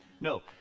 No